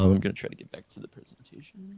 i'm gonna try to get back to the presentation.